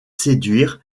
séduire